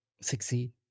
succeed